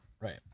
Right